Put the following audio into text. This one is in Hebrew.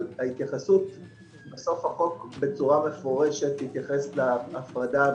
בחוק יש התייחסות בצורה מפורשת להפרדה